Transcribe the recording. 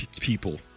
people